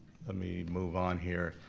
ah me move on here.